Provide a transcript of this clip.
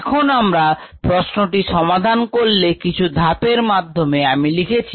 এখন আমরা প্রশ্নটিই সমাধান করলে কিছু ধাপ এর মাধ্যমে আমি লিখেছি